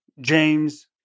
James